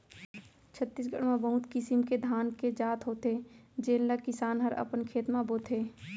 छत्तीसगढ़ म बहुत किसिम के धान के जात होथे जेन ल किसान हर अपन खेत म बोथे